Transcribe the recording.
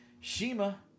Shima